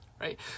Right